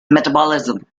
metabolism